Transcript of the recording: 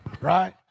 Right